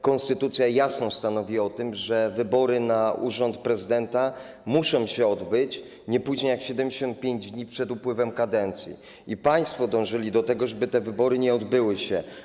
Konstytucja jasno stanowi o tym, że wybory na urząd prezydenta muszą się odbyć nie później niż 75 dni przed upływem kadencji, a państwo dążyli do tego, żeby te wybory nie odbyły się.